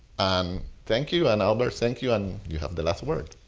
and thank you. and albert, thank you. and you have the last word.